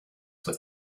with